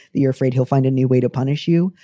you're afraid he'll find a new way to punish you.